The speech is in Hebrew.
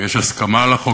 ויש הסכמה על החוק.